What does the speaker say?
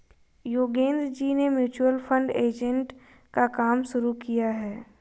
योगेंद्र जी ने mutual fund agent का काम शुरू किया है